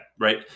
right